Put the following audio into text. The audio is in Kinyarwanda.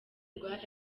rwa